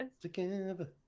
Together